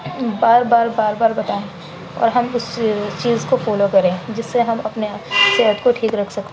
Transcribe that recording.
بار بار بار بار بتائیں اور ہم اس چیز کو فالو کریں جس سے ہم اپنے صحت کو ٹھیک رکھ سکیں